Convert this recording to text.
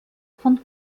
von